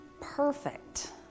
perfect